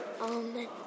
Amen